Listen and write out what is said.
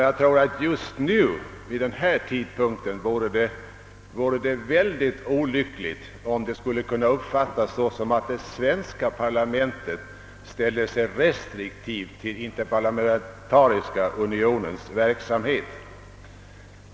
Jag tror att det just nu vore mycket olyckligt, om det skulle kunna uppfattas som om det svenska parlamentet ställde sig restriktivt till den interparlamentariska unionens verksamhet.